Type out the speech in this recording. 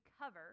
cover